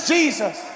Jesus